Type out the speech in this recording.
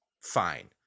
fine